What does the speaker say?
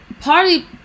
Party